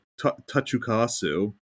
Tachukasu